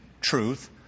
truth